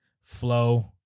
flow